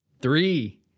three